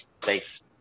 Thanks